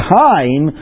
time